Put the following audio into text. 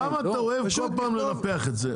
למה אתה אוהב כל פעם לסבך את זה?